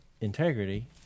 integrity